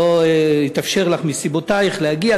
לא התאפשר לך מסיבותייך להגיע,